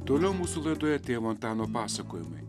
toliau mūsų laidoje tėvo antano pasakojimai